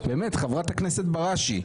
באמת, חברת הכנסת בראשי.